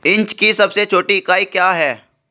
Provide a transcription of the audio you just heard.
Inch की सबसे छोटी इकाई क्या है?